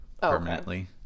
permanently